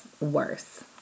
worse